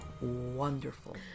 wonderful